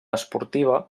esportiva